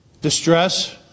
distress